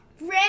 red